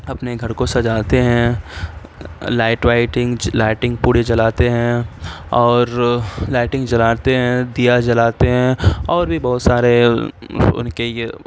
اپنے گھر کو سجاتے ہیں لائٹ وائٹنگ لائٹنگ پوری جلاتے ہیں اور لائٹنگ جلاتے ہیں دیا جلاتے ہیں اور بھی بہت سارے ان کے یہ